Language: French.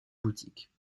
boutique